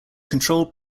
controlled